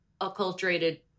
acculturated